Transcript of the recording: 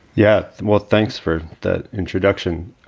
yeah well, thanks for that introduction.